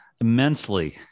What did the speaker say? immensely